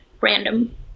random